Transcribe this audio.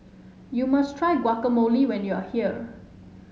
you must try Guacamole when you are here